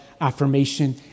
affirmation